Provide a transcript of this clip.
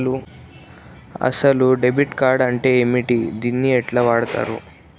అసలు debit card అంటే ఏంటిది? దీన్ని ఎట్ల వాడుతరు?